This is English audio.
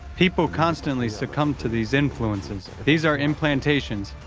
people constantly succumb to these influences. these are implantations.